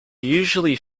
usually